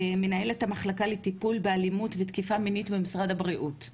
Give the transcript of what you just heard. מנהלת המחלקה לטיפול באלימות ותקיפה מינית במשרד הבריאות.